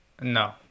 No